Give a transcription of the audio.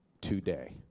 today